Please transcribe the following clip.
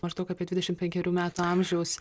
maždaug apie dvidešimt penkerių metų amžiaus